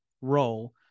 role